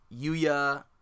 yuya